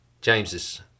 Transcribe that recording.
James's